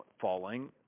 falling